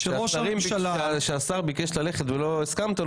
שהשר ביקש ללכת ולא הסכמת,